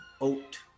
oat